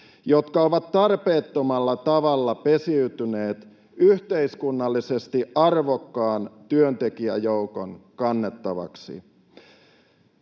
jotka ovat tarpeettomalla tavalla pesiytyneet yhteiskunnallisesti arvokkaan työntekijäjoukon kannettavaksi.